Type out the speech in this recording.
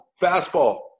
fastball